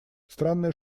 странная